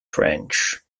french